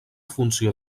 funció